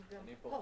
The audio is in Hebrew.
אני כאן.